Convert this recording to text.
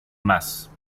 más